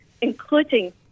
including